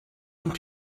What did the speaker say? und